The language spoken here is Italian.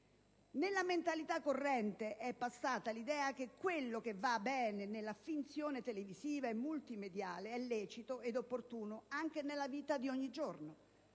Nella mentalità corrente è passata l'idea che quello che va bene nella finzione televisiva e multimediale sia lecito ed opportuno anche nella vita di ogni giorno.